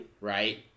right